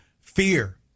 fear